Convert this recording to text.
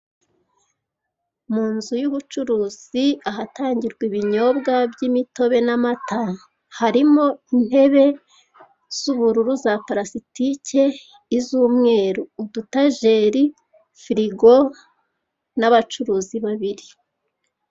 Mu nzu y'ubucuruzi ahatangirwa ibinyobwa by'imitobe n'amata harimo intebe z'ubururu za parasitike iz'umweru, udutajeri, firigo n'abacuruzi babiri.